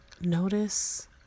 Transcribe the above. Notice